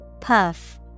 Puff